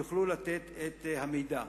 יוכלו לתת את המידע.